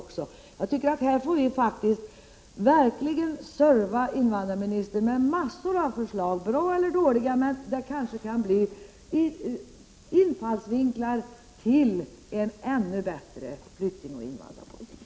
Vi bör förse invandrarministern med massor av förslag — bra eller dåliga — som kanske kan ge infallsvinklar till en ännu bättre flyktingoch invandrarpolitik.